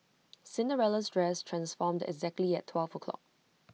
Cinderella's dress transformed exactly at twelve o'clock